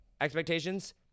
expectations